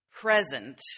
present